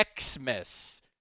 Xmas